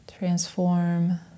transform